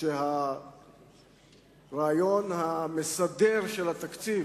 שהרעיון המסדר של התקציב